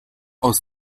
aus